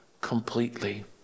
completely